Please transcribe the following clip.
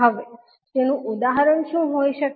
હવે તેનું ઉદાહરણ શું હોઈ શકે